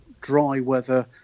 dry-weather